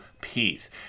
peace